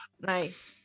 Nice